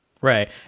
Right